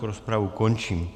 Rozpravu končím.